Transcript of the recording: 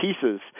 pieces